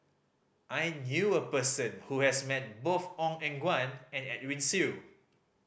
I knew a person who has met both Ong Eng Guan and Edwin Siew